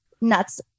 nuts